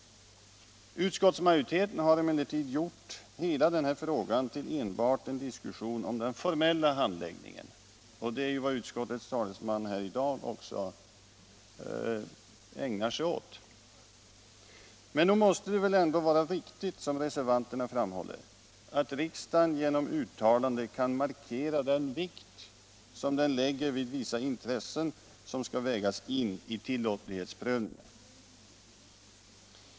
Utskottsmajoriteten har emellertid gjort hela den här frågan till enbart en diskussion om den formella handläggningen. Det är också vad utskottets talesman här i dag ägnat sig åt. Men nog måste det väl, som reservanterna framhåller, vara riktigt att riksdagen genom ett uttalande markerar den vikt som den lägger vid vissa intressen som skall vägas in i tillåtlighetsprövningen.